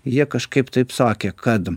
jie kažkaip taip sakė kad